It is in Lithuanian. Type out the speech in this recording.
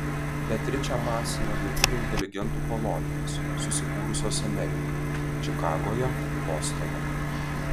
beatričę masino lietuvių inteligentų kolonijos susibūrusios amerikoje čikagoje bostone